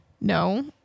No